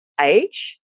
age